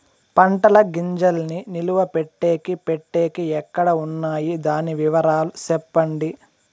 పంటల గింజల్ని నిలువ పెట్టేకి పెట్టేకి ఎక్కడ వున్నాయి? దాని వివరాలు సెప్పండి?